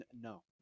No